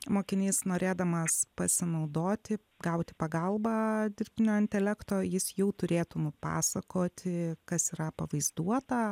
mokinys norėdamas pasinaudoti gauti pagalbą dirbtinio intelekto jis jau turėtų nupasakoti kas yra pavaizduota